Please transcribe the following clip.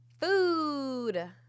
Food